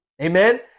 Amen